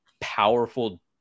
powerful